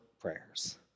prayers